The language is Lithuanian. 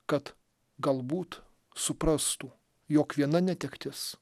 kad galbūt suprastų jog viena netektis